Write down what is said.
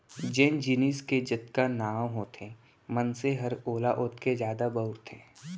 जेन जिनिस के जतका नांव होथे मनसे हर ओला ओतके जादा बउरथे